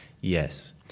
Yes